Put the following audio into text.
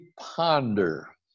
ponder